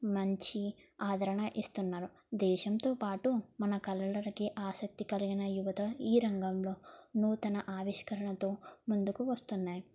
మంచి ఆదరణ ఇస్తున్నారు దేశంతో పాటు మన కళలకి ఆసక్తి కలిగిన యువత ఈ రంగంలో నూతన ఆవిష్కరణతో ముందుకు వస్తున్నాయి